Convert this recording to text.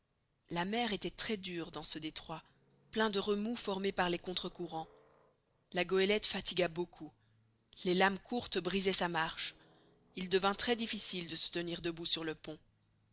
la mer était très dure dans ce détroit plein de remous formés par les contre courants la goélette fatigua beaucoup les lames courtes brisaient sa marche il devint très difficile de se tenir debout sur le pont